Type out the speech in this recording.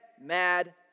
mad